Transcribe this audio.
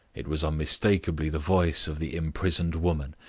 it was unmistakably the voice of the imprisoned woman,